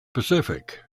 pacific